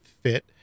fit